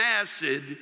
acid